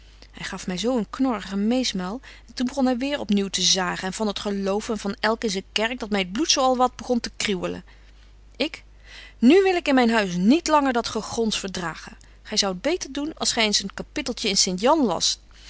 hy gaf my zo een knorrige meesmuil en toen begon hy weér op nieuw te zagen en van t geloof en van elk in zyn kerk dat my t bloed zo al wat begon te kriewelen ik nu wil ik in myn huis niet langer dat gegons verdragen gy zoudt beter doen als gy eens een kapitteltje in sint jan las